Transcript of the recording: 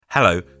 Hello